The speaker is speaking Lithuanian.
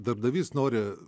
darbdavys nori